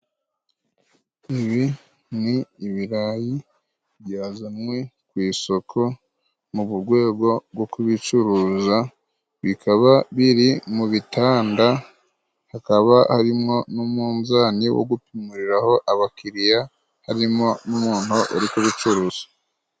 Ibi ni ibirayi byazanywe ku isoko murwego rwo kubicuruza bikaba biri mubitanda hakaba harimwo n'umunzani wo gupimuriraho abakiriya harimo n'umuntu uri kubicuruza.